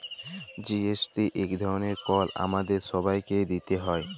GST ইক ধরলের কর আমাদের ছবাইকে দিইতে হ্যয়